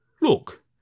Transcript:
Look